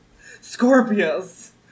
Scorpius